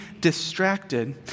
distracted